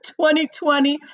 2020